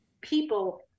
people